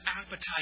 appetite